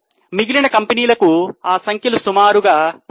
మిగిలిన కంపెనీలకు ఆ సంఖ్యలు సుమారుగా ఒకటే